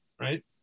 right